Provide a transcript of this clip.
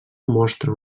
mostra